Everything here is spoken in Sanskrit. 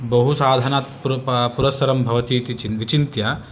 बहु साधनात् पुर पुरस्सरं भवति इति चिन् विचिन्त्य